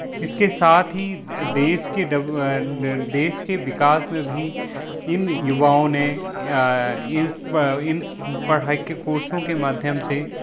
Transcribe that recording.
इसके साथ ही देश के देश के विकास में भी इन युवाओं ने इन पढ़ाई के कोर्सों के माध्यम से